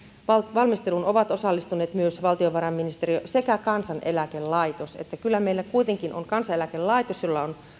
valmisteluun ovat osallistuneet myös valtiovarainministeriö sekä kansaneläkelaitos että kyllä meillä kuitenkin on kansaneläkelaitos jolla on